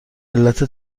علت